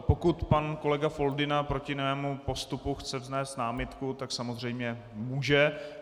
Pokud pan kolega Foldyna proti mému postupu chce vznést námitku, tak samozřejmě může.